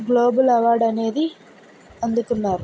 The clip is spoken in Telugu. గ్లోబల్ అవార్డ్ అనేది అందుకున్నారు